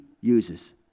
uses